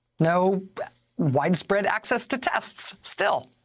no widespread access to tests, still.